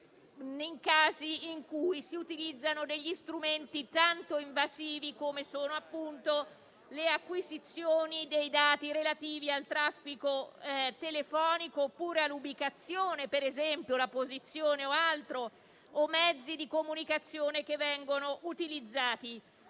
nei casi in cui si utilizzano strumenti tanto invasivi come le acquisizioni dei dati relativi al traffico telefonico oppure all'ubicazione, la posizione o altro, o i mezzi di comunicazione che vengono utilizzati,